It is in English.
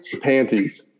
panties